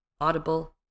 audible